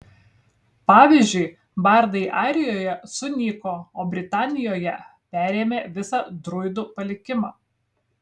pavyzdžiui bardai airijoje sunyko o britanijoje perėmė visą druidų palikimą